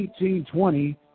1820